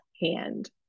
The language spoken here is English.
hand